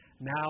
Now